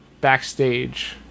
backstage